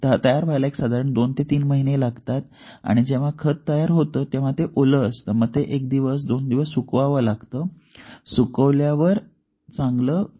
थ तयार व्हायला एक साधारण दोन ते तीन महिने लागतात आणि जेव्हा खत तयार होतं तेव्हा ते ओलं असतं मग ते एक दिवस दोन दिवस सुकवावं लागतं सुकवल्यावर चांगलं